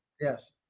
Yes